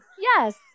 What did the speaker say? yes